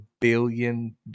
billion